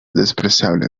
despreciable